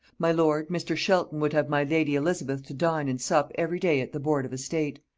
my lord, mr. shelton would have my lady elizabeth to dine and sup every day at the board of estate.